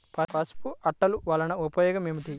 పసుపు అట్టలు వలన ఉపయోగం ఏమిటి?